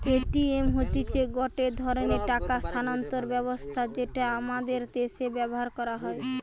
Paytm হতিছে গটে ধরণের টাকা স্থানান্তর ব্যবস্থা যেটা আমাদের দ্যাশে ব্যবহার হয়